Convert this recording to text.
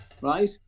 right